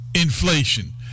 Inflation